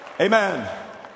Amen